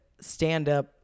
stand-up